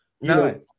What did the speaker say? No